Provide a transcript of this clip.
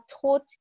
taught